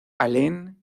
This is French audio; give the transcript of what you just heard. haleine